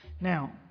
Now